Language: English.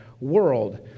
world